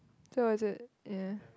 that was it ya